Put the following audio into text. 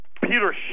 Peter